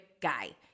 guy